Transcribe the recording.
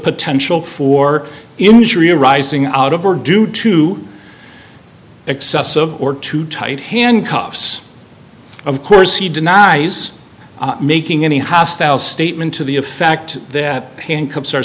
potential for injury arising out of or due to excessive or too tight handcuffs of course he denies making any hostile statement to the effect that pain cops are